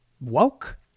woke